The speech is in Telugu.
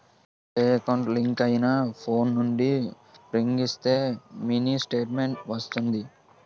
ఏ ఎకౌంట్ లింక్ అయినా ఫోన్ నుండి రింగ్ ఇస్తే మినీ స్టేట్మెంట్ వస్తాది